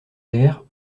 d’air